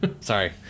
Sorry